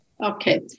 Okay